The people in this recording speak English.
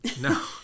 No